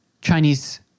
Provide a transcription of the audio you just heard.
Chinese